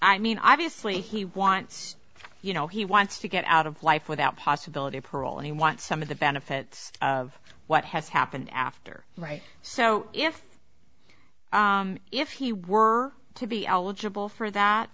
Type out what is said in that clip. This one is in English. i mean obviously he wants you know he wants to get out of life without possibility of parole and he wants some of the benefits of what has happened after right so if if he were to be eligible for that